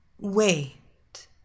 Wait